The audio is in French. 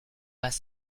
pas